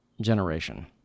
generation